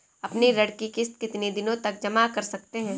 अपनी ऋण का किश्त कितनी दिनों तक जमा कर सकते हैं?